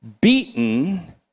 beaten